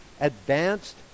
advanced